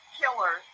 killer